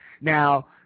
Now